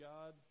God